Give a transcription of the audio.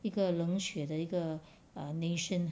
一个冷血的一个 err nation